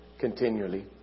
continually